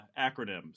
acronyms